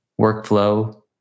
workflow